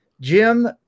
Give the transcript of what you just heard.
Jim